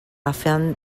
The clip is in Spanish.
afán